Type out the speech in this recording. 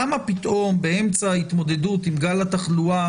למה פתאום באמצע ההתמודדות עם גל התחלואה